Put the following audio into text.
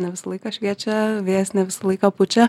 ne visą laiką šviečia vėjas ne visą laiką pučia